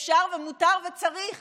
אפשר ומותר וצריך